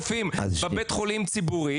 כי אם יש יותר רופאים בבית חולים ציבורי,